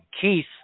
keith